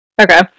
Okay